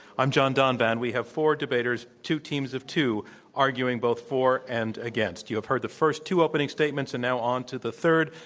i'm john donvan. we have four debaters, two teams of two arguing both for and against. you have heard the first two opening statements and now onto the third.